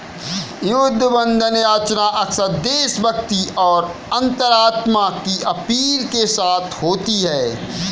युद्ध बंधन याचना अक्सर देशभक्ति और अंतरात्मा की अपील के साथ होती है